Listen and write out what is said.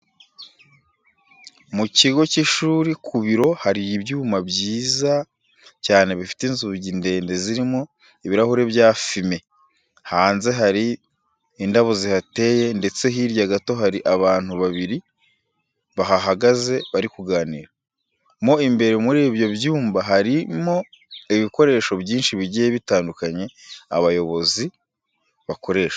Mu kigo cy'ishuri ku biro hari ibyumba byiza cyane bifite inzugi ndende zirimo ibirahure bya fime. Hanze hari indabo zihateye ndetse hirya gato hari abantu babiri bahahagaze bari kuganira. Mo imbere muri ibyo byumba harimo ibikoresho byinshi bigiye bitandukanye abayobozi bakoresha.